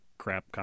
crap